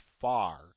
far